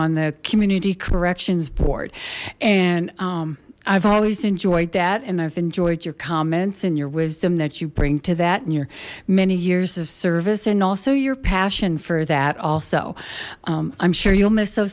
on the community corrections board and i've always enjoyed that and i've enjoyed your comments and your wisdom that you bring to that and your many years of service and also your passion for that also i'm sure you'll miss